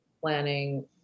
planning